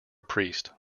priest